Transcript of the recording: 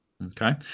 Okay